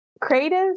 creative